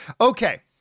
Okay